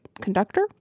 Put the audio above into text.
conductor